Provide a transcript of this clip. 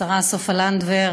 השרה סופה לנדבר,